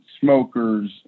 smokers